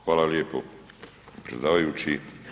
Hvala lijepo predsjedavajući.